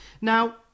Now